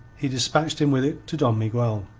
he despatched him with it to don miguel.